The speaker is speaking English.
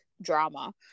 drama